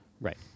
Right